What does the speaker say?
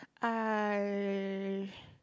I